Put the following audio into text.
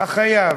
החייב,